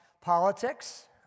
politics